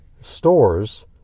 stores